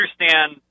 understand